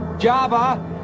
Java